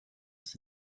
ist